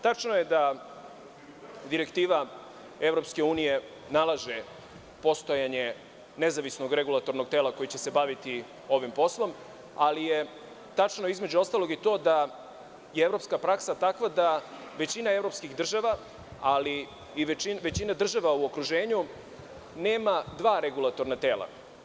Tačno je da direktiva EU nalaže postojanje nezavisnog regulatornog tela koje će se baviti ovim poslom, ali je tačno između ostalog i to da je evropska praksa takva da većina evropskih država, ali i većina država u okruženju nema dva regulatorna tela.